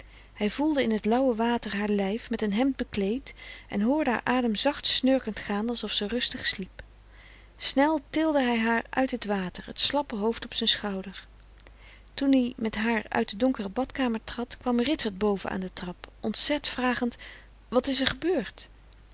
hij voelde in t lauwe water haar lijf met een hemd bekleed en hoorde haar adem zacht snurkend gaan alsof ze rustig sliep snel tilde hij haar uit t water het slappe hoofd op zijn schouder toen hij met haar uit de donkere badkamer trad kwam ritsert boven aan de trap ontzet vragend wat is er gebeurd